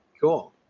Cool